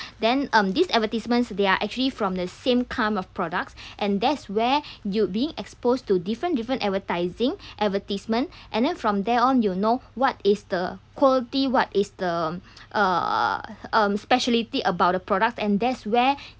then um these advertisements they are actually from the same kind of products and that's where you'd being exposed to different different advertising advertisement and then from there on you know what is the quality what is the uh um speciality about the product and that's where